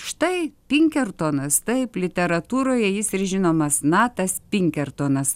štai pinkertonas taip literatūroje jis ir žinomas natas pinkertonas